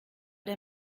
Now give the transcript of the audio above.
der